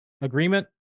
agreement